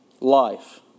life